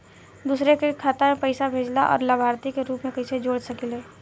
दूसरे के खाता में पइसा भेजेला और लभार्थी के रूप में कइसे जोड़ सकिले?